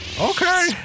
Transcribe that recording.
okay